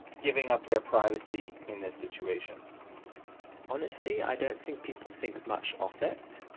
giving up their privacy in this situation honestly, i dont think people think much of it.